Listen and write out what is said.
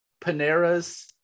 Paneras